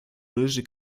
рыжий